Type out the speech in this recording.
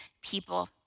people